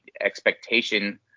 expectation